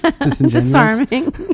Disarming